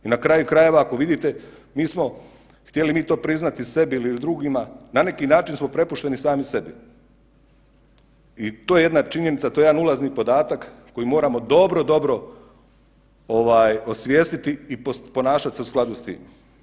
I na kraju krajeva ako vidite mi smo htjeli mi to priznati sebi ili drugima, na neki način smo prepušteni sami sebi i to je jedna činjenica, to je jedan ulazni podatak koji moramo dobro, dobro osvijestiti i ponašat se u skladu s tim.